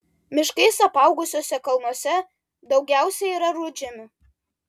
miškais apaugusiuose kalnuose daugiausia yra rudžemių